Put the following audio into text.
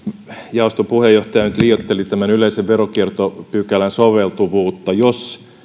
jaoston puheenjohtaja nyt liioitteli tämän yleisen veronkiertopykälän soveltuvuutta jos